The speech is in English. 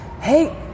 hey